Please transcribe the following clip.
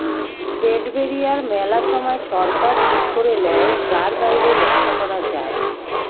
trade barrier মেলা সময় সরকার ঠিক করে লেয় যার বাইরে ব্যবসা করা যায়না